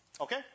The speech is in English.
Okay